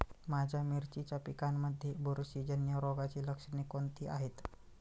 माझ्या मिरचीच्या पिकांमध्ये बुरशीजन्य रोगाची लक्षणे कोणती आहेत?